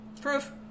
Proof